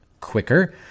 quicker